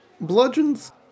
Bludgeon's